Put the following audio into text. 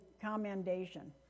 commendation